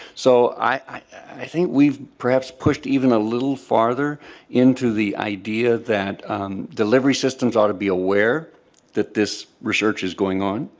so i think we've perhaps pushed even a little farther into the idea that delivery systems ought to be aware that this research is going on